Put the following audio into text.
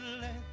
let